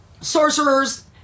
sorcerers